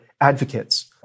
advocates